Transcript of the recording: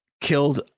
killed